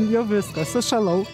jau viskas sušalau